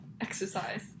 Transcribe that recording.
Exercise